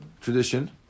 tradition